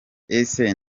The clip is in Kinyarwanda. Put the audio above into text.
ese